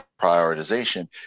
prioritization